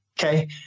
okay